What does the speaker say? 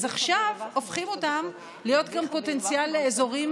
אז עכשיו הופכים אותם להיות גם פוטנציאל לאזורים